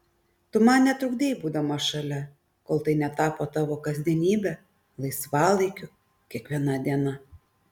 tu man netrukdei būdama šalia kol tai netapo tavo kasdienybe laisvalaikiu kiekviena diena